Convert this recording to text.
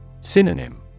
Synonym